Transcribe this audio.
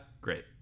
Great